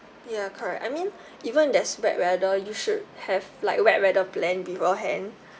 ya correct I mean even there's wet weather you should have like wet weather plan beforehand